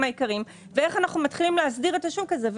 העיקריים ואיך אנחנו מתחילים להסדיר את השוק הזה.